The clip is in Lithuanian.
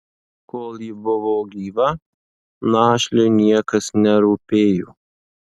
kol ji buvo gyva našliui niekas nerūpėjo